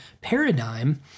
paradigm